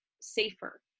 safer